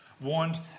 warned